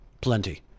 Plenty